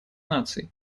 наций